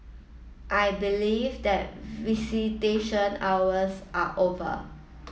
I believe that visitation hours are over